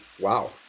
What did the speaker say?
Wow